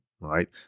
right